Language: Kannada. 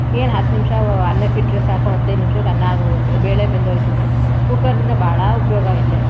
ಏನು ಹತ್ತು ನಿಮಿಷವ ಅನ್ನಕ್ಕೆ ಇಟ್ಟರೆ ಸಾಕು ಹತ್ತೇ ನಿಮ್ಷಕ್ಕೆ ಅನ್ನ ಆಗೋಗುತ್ತದೆ ಬೇಳೆ ಬೆಂದ್ಹೋಯ್ತದೆ ಕುಕ್ಕರ್ನಿಂದ ಬಹಳ ಉಪಯೋಗ ಆಗೈತೆ